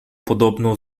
podobno